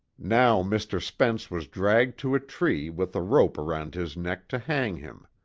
now mr. spence was dragged to a tree with a rope around his neck to hang him.